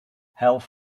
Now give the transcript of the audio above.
health